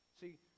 See